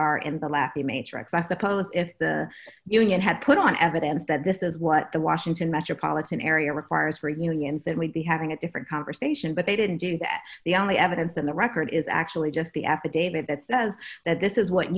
are in the lappie matrix i suppose if the union had put on evidence that this is what the washington metropolitan area requires for unions that we'd be having a different conversation but they didn't do that the only evidence in the record is actually just the affidavit that says that this is what